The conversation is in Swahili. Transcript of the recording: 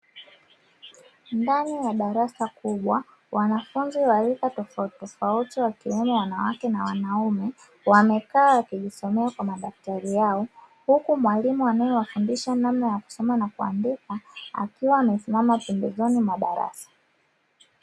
Ndani ya darasa kubwa wanafunzi wa rika tofautitofauti wakiwemo wanawake na wanaume wamekaa wakijisomea kwa madaftari yao, huku mwalimu anayewafundisha namna ya kusoma na kuandika akiwa amesimama pembezoni mwa darasa.